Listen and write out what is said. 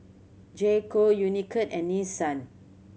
J Co Unicurd and Nissan